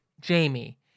Jamie